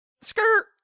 Skirt